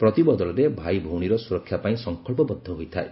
ପ୍ରତିବଦଳରେ ଭାଇ ଭଉଣୀର ସ୍ୱରକ୍ଷା ପାଇଁ ସଂକଳ୍ପବଦ୍ଧ ହୋଇଥାଏ